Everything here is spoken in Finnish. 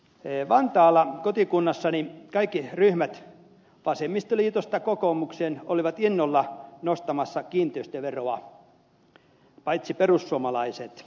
vantaalla kotikunnassani kaikki ryhmät vasemmistoliitosta kokoomukseen olivat innolla nostamassa kiinteistöveroa paitsi perussuomalaiset